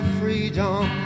freedom